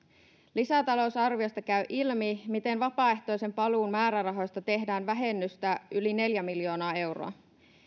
lisätalousarviosta käy ilmi miten vapaaehtoisen paluun määrärahoista tehdään vähennystä yli neljä miljoonaa euroa